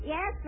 Yes